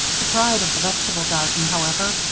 the pride of the vegetable garden, however,